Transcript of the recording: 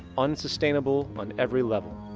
unsustainable on every level,